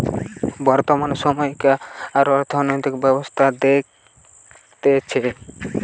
বর্তমান সময়কার অর্থনৈতিক ব্যবস্থা দেখতেছে